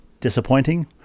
disappointing